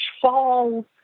fall